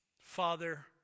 Father